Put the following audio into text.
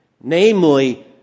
namely